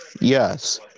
Yes